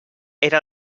era